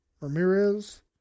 Ramirez